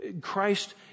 Christ